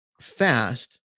fast